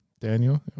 Daniel